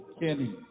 Kenny